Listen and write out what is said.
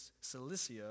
Cilicia